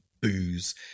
booze